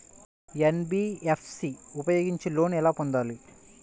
NBFC ఉపయోగించి loan ఎలా పొందాలి?